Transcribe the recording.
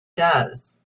does